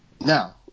Now